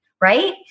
Right